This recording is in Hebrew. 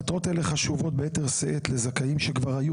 המטרות האלה חשובות ביתר שאת לזכאים שכבר היו